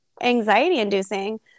anxiety-inducing